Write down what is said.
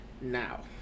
now